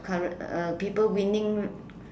ca~ uh people winning